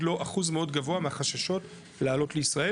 לו אחוז מאוד גבוה מהחששות לעלות לישראל.